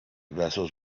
vessels